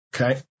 Okay